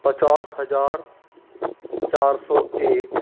पचास हजार चार सौ एक